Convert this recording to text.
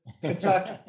Kentucky